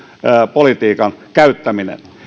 politiikan käyttäminen